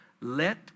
let